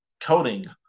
coding